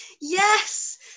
Yes